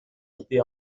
été